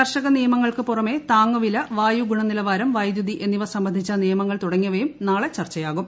കർഷക നിയമങ്ങൾക്ക് പുറമേ താങ്ങുവില വായു ഗുണനിലവാരം വൈദ്യൂതി എന്നിവ സംബന്ധിച്ച നിയമങ്ങൾ തുടങ്ങിയവയും നാളെ ചർച്ചയാകും